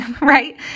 right